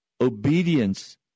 obedience